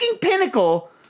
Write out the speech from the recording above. pinnacle